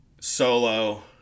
Solo